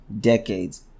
decades